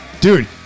Dude